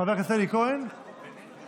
חבר הכנסת אלי כהן, בבקשה,